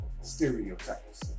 stereotypes